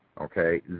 Okay